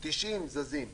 90 זזים.